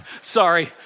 Sorry